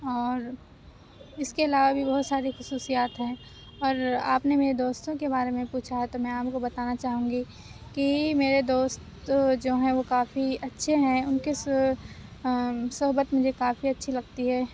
اور اِس کے علاوہ بھی بہت ساری خصوصیات ہیں اور آپ نے میرے دوستوں کے بارے میں پوچھا ہے تو میں آپ کو بتانا چاہوں گی کہ میرے دوست جو ہیں وہ کافی اچھے ہیں اُن کس صحبت مجھے کافی اچھی لگتی ہے